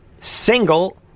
single